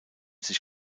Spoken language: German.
sich